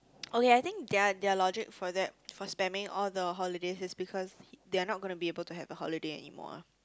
oh ya I think their their logic for that for spending all the holidays is because he they are not gonna be able to have a holiday anymore